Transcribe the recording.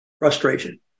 Frustration